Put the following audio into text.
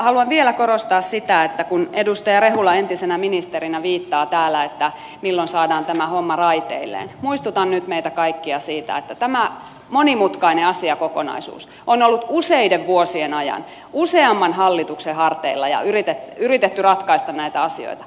haluan vielä kun edustaja rehula entisenä ministerinä viittaa täällä että milloin saadaan tämä homma raiteilleen muistuttaa nyt meitä kaikkia siitä että tämä monimutkainen asiakokonaisuus on ollut useiden vuosien ajan useamman hallituksen harteilla ja on yritetty ratkaista näitä asioita